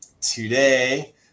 Today